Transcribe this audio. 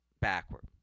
backward